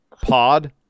pod